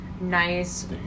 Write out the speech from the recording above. nice